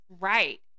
Right